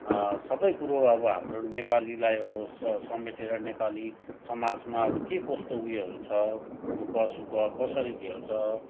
सबै कुरो अब हाम्रो नेपालीलाई अब स समेटेर नेपाली समाजमा अब के कस्तो उयोहरू छ दुःख सुख कसरी झेल्छ